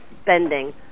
spending